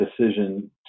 decision